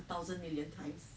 thousand million times